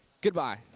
goodbye